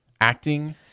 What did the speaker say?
acting